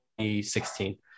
2016